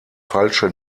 falsche